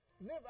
Live